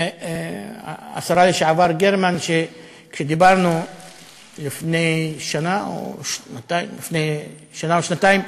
השרה לשעבר גרמן, כשדיברנו לפני שנה או שנתיים,